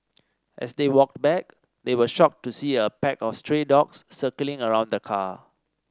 as they walked back they were shocked to see a pack of stray dogs circling around the car